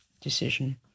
decision